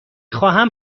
خواهم